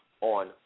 on